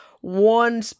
one